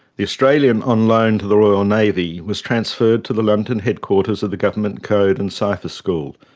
the australian on loan to the royal navy was transferred to the london headquarters of the government code and cipher school,